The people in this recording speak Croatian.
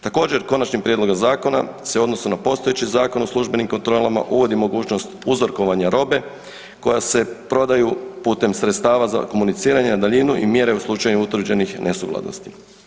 Također konačnim prijedlogom zakona se u odnosu na postojeći Zakon o službenim kontrolama uvodi mogućnost uzorkovanja robe koja se prodaju putem sredstava za komuniciranje na daljinu i mjere u slučaju utvrđenih nesuglasnosti.